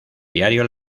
diario